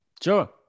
Sure